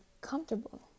comfortable